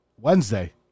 Wednesday